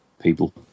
people